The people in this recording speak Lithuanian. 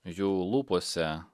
jų lūpose